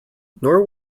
nor